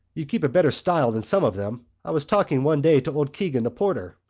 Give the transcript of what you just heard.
you'd keep up better style than some of them. i was talking one day to old keegan, the porter.